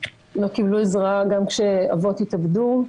לא קיבלו עזרה גם כשאבות התאבדו,